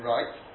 Right